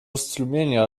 strumienia